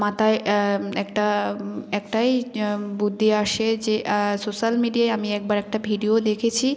মাথায় একটা একটাই বুদ্ধি আসে যে সোশ্যাল মিডিয়ায় আমি একবার একটা ভিডিও দেখেছি